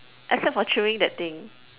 except for chewing that thing